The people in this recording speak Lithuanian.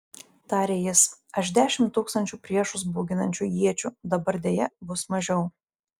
tarė jis aš dešimt tūkstančių priešus bauginančių iečių dabar deja bus mažiau